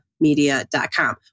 media.com